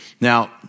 Now